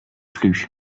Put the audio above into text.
plus